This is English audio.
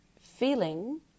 feeling